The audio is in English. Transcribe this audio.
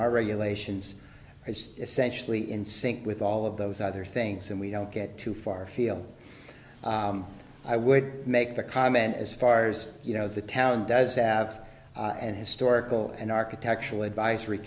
our regulations is essentially in sync with all of those other things and we don't get too far feel i would make the comment as far as you know the town does have an historical and architectural advisory